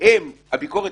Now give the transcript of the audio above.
שזה לא בהכרח טובת